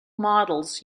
models